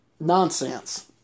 nonsense